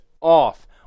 off